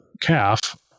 calf